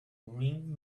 ring